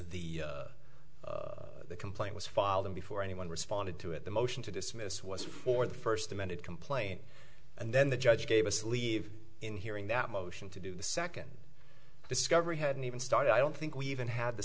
after the complaint was filed and before anyone responded to it the motion to dismiss was for the first amended complaint and then the judge gave us leave in hearing that motion to do the second discovery hadn't even started i don't think we even had the